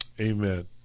Amen